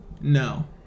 No